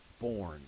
born